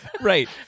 Right